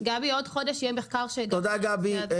בעוד חודש יהיה מחקר שביקשתי שיערכו בעניין